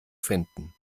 finden